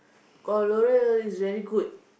got L'oreal is very good